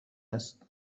است